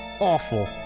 awful